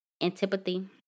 antipathy